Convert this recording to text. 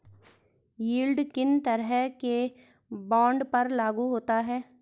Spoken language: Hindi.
यील्ड किन तरह के बॉन्ड पर लागू होता है?